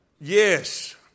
yes